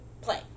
play